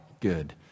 good